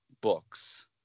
books